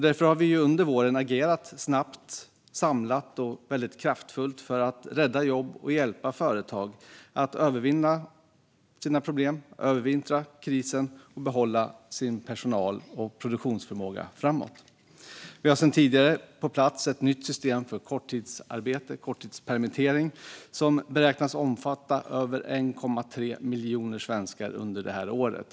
Därför har vi under våren agerat snabbt, samlat och kraftfullt för att rädda jobb och hjälpa företag att övervinna sina problem, övervintra krisen och behålla sin personal och produktionsförmåga framöver. Vi har sedan tidigare på plats ett nytt system för korttidsarbete eller korttidspermittering som beräknas omfatta över 1,3 miljoner svenskar under året.